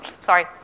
sorry